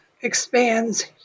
expands